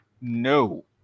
No